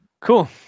cool